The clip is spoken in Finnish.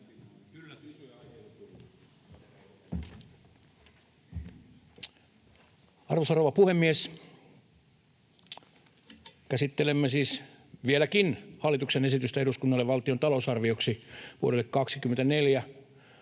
Arvoisa rouva puhemies! Käsittelemme siis vieläkin hallituksen esitystä eduskunnalle valtion talousarvioksi vuodelle 24.